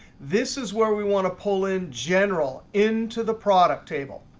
this is where we want to pull in general into the product table.